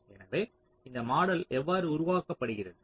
எனவே இந்த மாடல் எவ்வாறு உருவாக்கப்படுகிறது